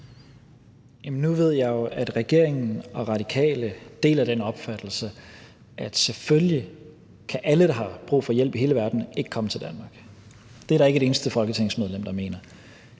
Nu ved jeg jo, at regeringen og Radikale deler den opfattelse, at selvfølgelig kan alle, der har brug for hjælp, i hele verden ikke komme til Danmark. Det er der ikke et eneste folketingsmedlem der mener.